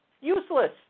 Useless